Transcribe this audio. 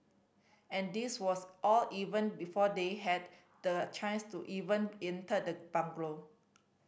and this was all even before they had the chance to even enter the bungalow